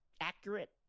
accurate